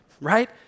right